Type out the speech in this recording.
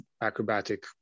acrobatic